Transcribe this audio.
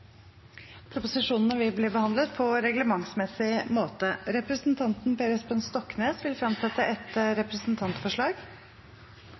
Forslaget vil bli behandlet på reglementsmessig måte. Presidenten vil